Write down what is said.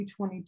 2022